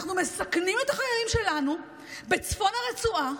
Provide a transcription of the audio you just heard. אנחנו מסכנים החיילים שלנו בצפון הרצועה